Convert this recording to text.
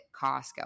Costco